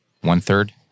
one-third